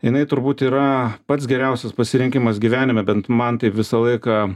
jinai turbūt yra pats geriausias pasirinkimas gyvenime bent man taip visą laiką